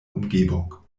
umgebung